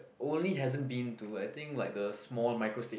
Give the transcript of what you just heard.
only hasn't been to I think like the small micro state